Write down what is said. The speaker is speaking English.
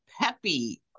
peppy